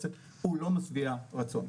לא משביע רצון.